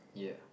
yeah